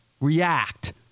react